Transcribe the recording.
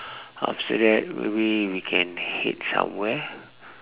after that maybe we can head somewhere